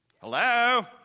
Hello